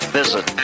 visit